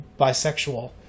bisexual